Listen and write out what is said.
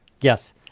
Yes